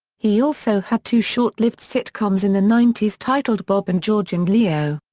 he also had two short-lived sitcoms in the nineties titled bob and george and leo.